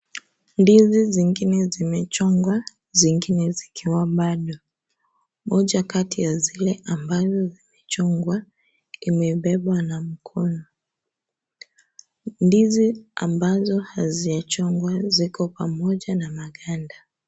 Ndizi zingine zimechongwa zingine zikiwa bado, moja kati ya zile ambazo zimechongwa imebebwa na mkono, ndizi ambazo hazijachongwa ziko pamoja na maganda.